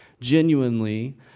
genuinely